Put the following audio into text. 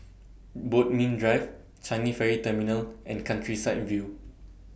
Bodmin Drive Changi Ferry Terminal and Countryside View